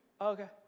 Okay